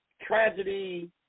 tragedy